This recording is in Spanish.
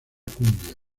cumbia